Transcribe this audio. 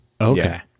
okay